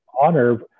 honor